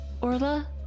Orla